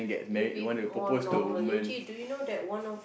you be more normal Yuji do you know that one of